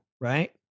right